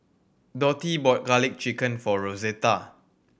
Dotty bought Garlic Chicken for Rosetta